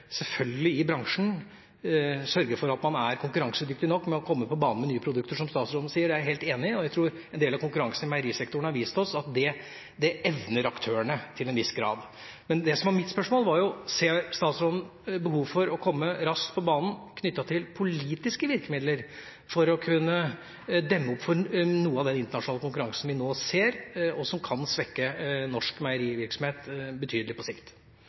for å være konkurransedyktig nok ved å komme på banen med nye produkter, som statsråden sier – det er jeg helt enig i. En del av konkurransen i meierisektoren har vist oss at dette evner aktørene, til en viss grad. Mitt spørsmål var om statsråden ser behov for raskt å komme på banen med politiske virkemidler for å kunne demme opp for noe av den internasjonale konkurransen vi ser nå, som på sikt kan svekke norsk meierivirksomhet betydelig.